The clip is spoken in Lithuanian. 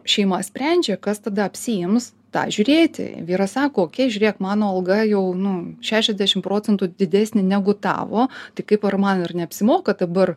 šeima sprendžia kas tada apsiims tą žiūrėti vyras sako okei žiūrėk mano alga jau nu šešiasdešim procentų didesnė negu tavo tik kaip ir man ir neapsimoka dabar